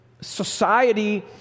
Society